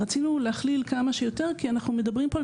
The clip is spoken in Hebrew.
רצינו להכליל כמה שיותר כי אנחנו מדברים פה על